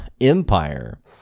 empire